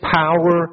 power